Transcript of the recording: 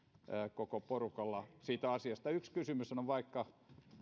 koko porukalla siinä asiassa yksi kysymyshän on vaikka tänäkin päivänä